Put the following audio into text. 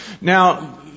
Now